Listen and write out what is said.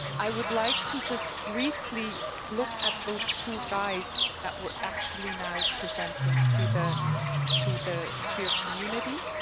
i would like to just briefly look at those two guides that we're actually now presenting to the to the sphere community.